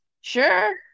Sure